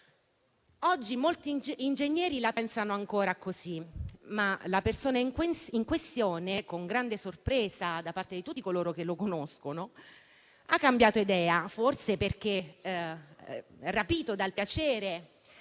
Oggi molti ingegneri la pensano ancora così, ma la persona in questione, con grande sorpresa da parte di tutti coloro che la conoscono, ha cambiato idea, forse perché rapita dal piacere